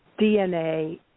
DNA